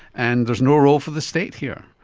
and there's no role for the state here.